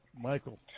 Michael